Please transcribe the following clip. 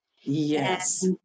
Yes